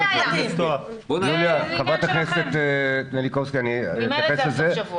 חברת הכנסת מלינובסקי, אני אתייחס לזה.